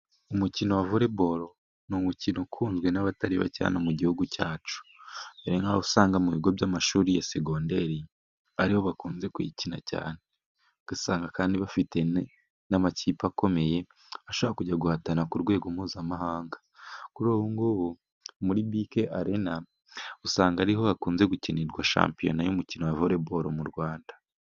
Umukino wa voreboro ni umukino ukunzwe n'abatari bake mu gihugu cyacu. Dore nk'aho usanga mu bigo by'amashuri ya segonderi , aribo bakunze kuyikina cyane , ugasanga kandi bafite n'amakipe akomeye , ashobora kujya guhatana ku rwego mpuzamahanga . Kuri ubu ngubu muri bike Arena , usanga ariho hakunze gukinirwa shampiyona y'umukino voreboro mu Rwanda.